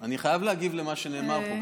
אני חייב להגיב על מה שנאמר פה,